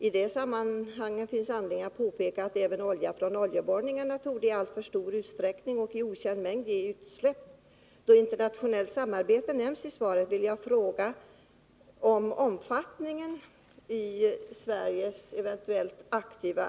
I det sammanhanget finns anledning att peka på även de oljeutsläpp av okänd mängd som i alltför stor utsträckning sker från oljeborrningarna. Där behövs regler. 119 Eftersom internationellt samarbete nämns i svaret vill jag fråga statsrådet i hur stor omfattning Sverige agerar i dessa sammanhang.